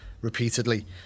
repeatedly